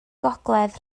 gogledd